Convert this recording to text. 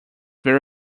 very